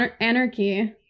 Anarchy